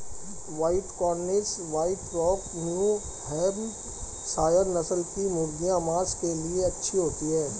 white Cornish, White Rock, New Hampshire नस्ल की मुर्गियाँ माँस के लिए अच्छी होती हैं